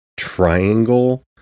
Triangle